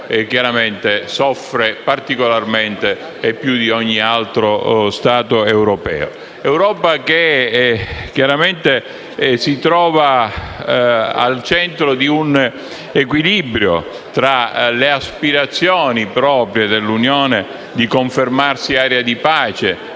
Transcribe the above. l'Italia soffre particolarmente, più di ogni altro Stato europeo. L'Europa si trova al centro di un equilibrio tra le aspirazioni proprie dell'Unione di confermarsi area di pace,